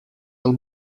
del